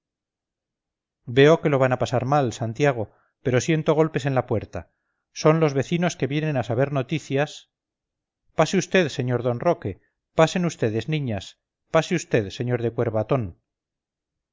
veo que lo van a pasar mal santiago pero siento golpes en la puerta son los vecinos que vienen a saber noticias pase vd sr d roque pasen ustedes niñas pase vd sr de